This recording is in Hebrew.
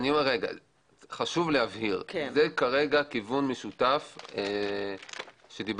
חשוב להבהיר זה כרגע כיוון משותף שדיברנו